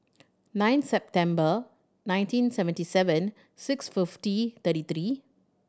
nine September nineteen seventy seven six fifty thirty three